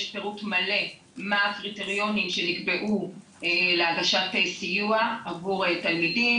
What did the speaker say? יש פירוט מלא מה הקריטריונים שנקבעו להגשת סיוע עבור תלמידים.